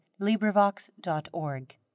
LibriVox.org